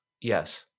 Yes